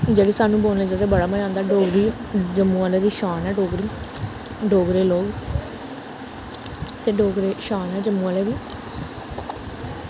जेह्ड़ी साह्नू बोलने च बड़ा मज़ा औंदा डोगरी जम्मू आह्लें दी शान ऐ डोगरी जोगरे लोग ते डोगरी शान ऐ जम्मू आह्लें दी